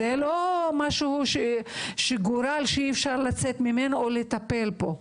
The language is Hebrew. זה לא גורל שאי אפשר לצאת ממנו או לטפל בו,